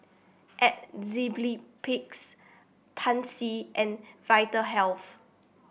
Pansy and Vitahealth